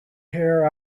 hair